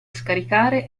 scaricare